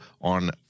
on